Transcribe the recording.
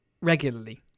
regularly